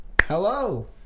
Hello